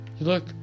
look